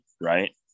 right